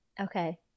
Okay